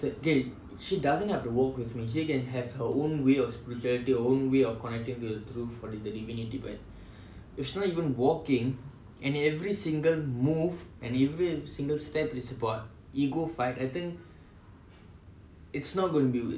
you know it too so if my partner is not interested okay she doesn't have to walk with me she can have her own way of spirituality her own way of connecting to divinity but if she's not even walking and if every single move and every single step is about ego fight I think